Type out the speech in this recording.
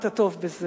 אתה טוב בזה.